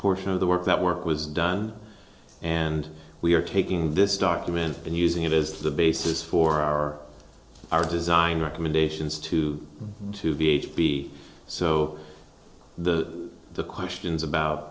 proportion of the work that work was done and we are taking this document been using it as the basis for our our design recommendations to to be aged be so the questions about